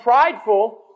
prideful